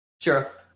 Sure